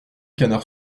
canard